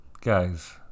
Guys